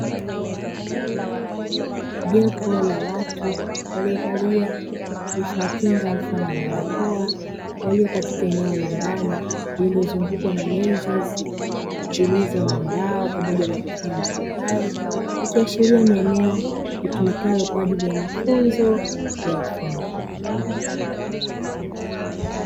Jopo la watu waliovalia vifaa kinga mfano wa barakoa walio katika eneo la ndani lililozungukwa na meza zilizo nambao pamoja na vifaa mbalimbali ikiashiria ni eneo litumikalo kwaajili ya mafunzo ya ufundi.